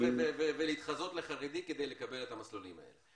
להתחפש ולהתחזות לחרדי כדי לקבל את המסלולים האלה.